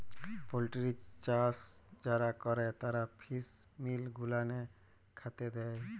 poultry চাষ যারা ক্যরে তারা ফিস মিল গুলান খ্যাতে দেই